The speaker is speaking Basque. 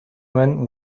nuen